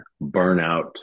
burnout